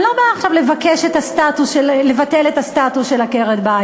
אני לא באה עכשיו לבטל את הסטטוס של עקרת-הבית,